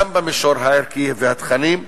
גם במישור הערכי והתכנים,